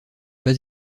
pas